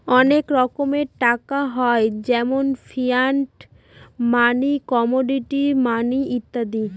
অনেক রকমের টাকা হয় যেমন ফিয়াট মানি, কমোডিটি মানি ইত্যাদি